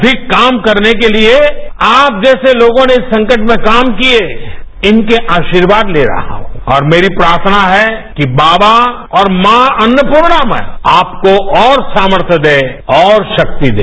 अधिक काम करने के लिए आप जैसे लोगों ने संकट में काम किये इनके आसीर्वाद ले रहा हूं और मेरी प्रार्थना है कि बाबा और मां अन्नपूर्णामय आपको और सामर्थय दे और शक्ति दे